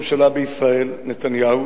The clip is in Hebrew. מאז "אלטלנה", שראש ממשלה בישראל, נתניהו,